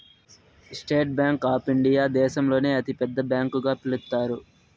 state Bank of India దేశంలోనే అతి పెద్ద బ్యాంకు గా పిలుత్తారు